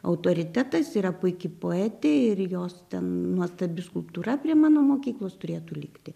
autoritetas yra puiki poetė ir jos ten nuostabi skulptūra prie mano mokyklos turėtų likti